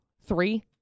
three